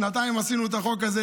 שנתיים עשינו דבר כזה,